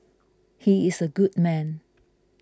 he is a good man